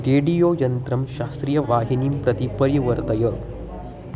radio यन्त्रं शास्त्रीयवाहिनीं प्रति परिवर्तय